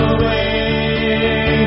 away